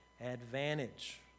advantage